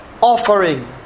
offering